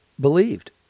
believed